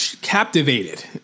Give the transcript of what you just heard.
Captivated